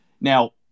Now